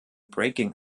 breaking